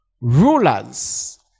Rulers